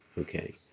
okay